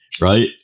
right